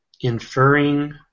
inferring